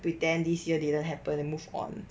pretend this year didn't happen and move on